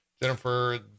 jennifer